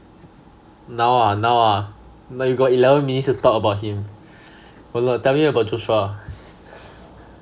now ah now ah but you got eleven minutes to talk about him wen le tell me about joshua